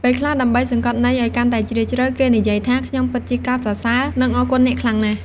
ពេលខ្លះដើម្បីសង្កត់ន័យឱ្យកាន់តែជ្រាលជ្រៅ គេនិយាយថា ខ្ញុំពិតជាកោតសរសើរ និងអរគុណអ្នកខ្លាំងណាស់។